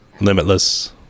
limitless